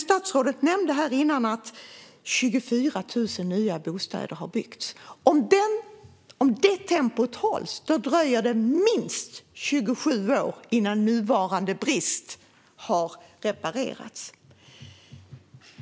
Statsrådet nämnde förut att 24 000 nya bostäder har byggts. Om det tempot hålls dröjer det minst 27 år innan nuvarande brist har reparerats.